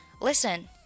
Listen